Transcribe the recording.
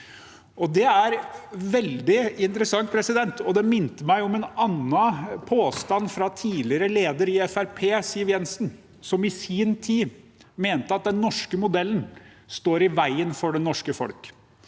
Det er veldig interessant, og det minte meg om en annen påstand fra den tidligere Fremskrittsparti-lederen Siv Jensen, som i sin tid mente at den norske modellen står i veien for det norske folk.